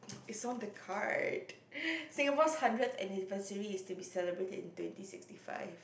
is on the card Singapore's hundred anniversary is to be celebrated in twenty sixty five